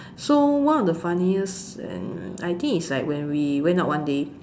so one of the funniest and I think is like when we went out one day